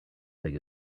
big